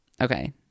Okay